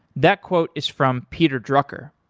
that quote is from peter drucker.